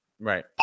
Right